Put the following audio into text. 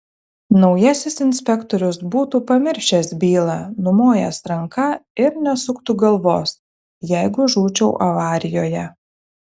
naujasis inspektorius būtų pamiršęs bylą numojęs ranka ir nesuktų galvos jeigu žūčiau avarijoje